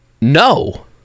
No